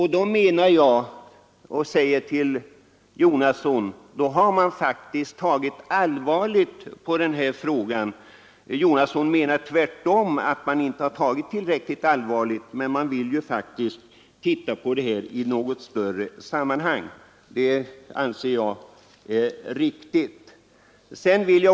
Herr Jonasson menar att man inte tagit tillräckligt allvarligt på denna fråga, men jag menar tvärtom att man har tagit allvarligt på frågan när man vill se över den i ett större sammanhang. Det anser jag är riktigt.